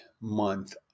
month